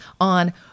on